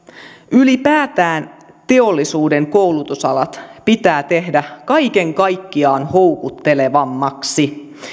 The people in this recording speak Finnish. ylipäätään teollisuuden koulutusalat pitää tehdä kaiken kaikkiaan houkuttelevammiksi